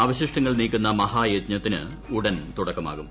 അവശിഷ്ടങ്ങൾ നീക്ക്ുന്ന മഹായജ്ഞത്തിന് ഉടൻ തുടക്കമാകും